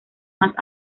más